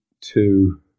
two